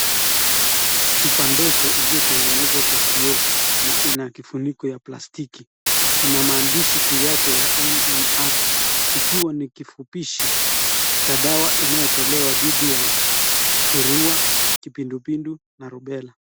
Chupa ndogo iliyo tengenezwa kwa kioo na ina kifuniko ya plastiki. Ina maandishi juu yake ya MMR ikiwa huu ni kifupishi cha dawa inayotolewa dhidi ya surua, kipindupindu na rubela.